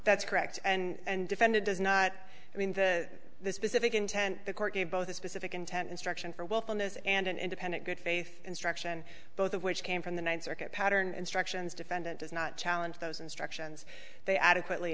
that's correct and defended does not mean that the specific intent the court gave both a specific intent instruction for willfulness and an independent good faith instruction both of which came from the ninth circuit pattern instructions defendant does not challenge those instructions they adequately